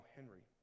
Henry